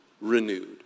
renewed